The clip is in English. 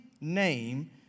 name